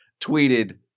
tweeted